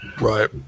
Right